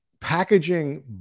packaging